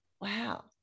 Wow